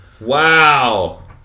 Wow